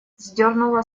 сдернула